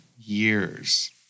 years